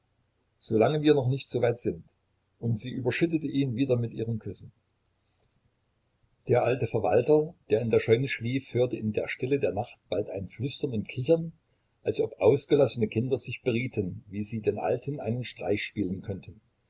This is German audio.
solange wir noch nicht so weit sind und sie überschüttete ihn wieder mit ihren küssen der alte verwalter der in der scheune schlief hörte in der stille der nacht bald ein flüstern und kichern als ob ausgelassene kinder sich berieten wie sie den alten einen streich spielen könnten